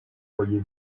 voyez